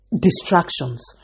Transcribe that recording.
distractions